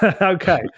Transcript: Okay